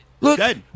Look